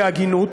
בהגינות.